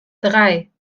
drei